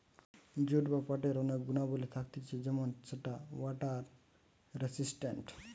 jute বা পাটের অনেক গুণাবলী থাকতিছে যেমন সেটা ওয়াটার রেসিস্টেন্ট